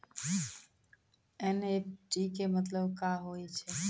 NEFT के मतलब का होव हेय?